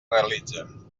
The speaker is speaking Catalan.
realitzen